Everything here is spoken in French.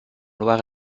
loire